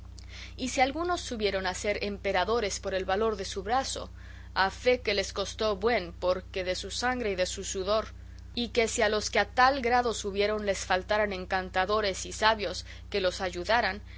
y si algunos subieron a ser emperadores por el valor de su brazo a fe que les costó buen porqué de su sangre y de su sudor y que si a los que a tal grado subieron les faltaran encantadores y sabios que los ayudaran